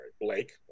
Blake